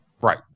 Right